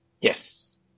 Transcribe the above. Yes